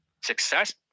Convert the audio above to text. success